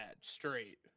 straight